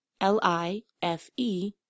L-I-F-E